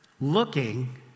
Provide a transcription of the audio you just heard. Looking